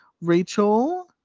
Rachel